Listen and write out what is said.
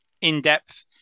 in-depth